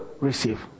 receive